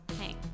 hey